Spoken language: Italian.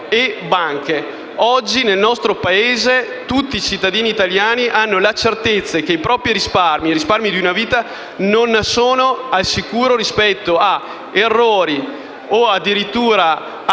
Oggi nel nostro Paese tutti i cittadini italiani hanno la certezza che i propri risparmi, i risparmi di una vita, non sono al sicuro rispetto ad errori o addirittura a